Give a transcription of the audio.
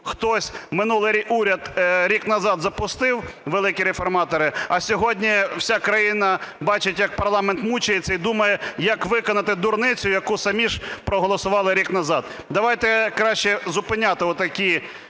хтось, минулий уряд рік назад запустив, великі реформатори, а сьогодні вся країна бачить як парламент мучиться і думає як виконати дурницю, яку самі ж проголосували рік назад. Давайте краще зупиняти отакі